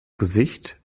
gesicht